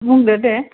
बुंदो दे